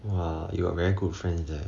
!wah! you got very good friends leh